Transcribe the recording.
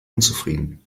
unzufrieden